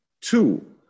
Two